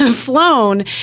flown